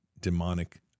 demonic